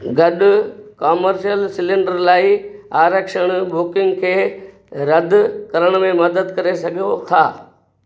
गॾु commercial cylinder लाइ आरक्षण बुकिंग खे रदि करण में मदद करे सघो था